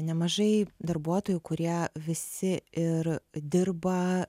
nemažai darbuotojų kurie visi ir dirba